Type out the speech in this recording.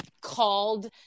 called